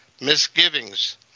misgivings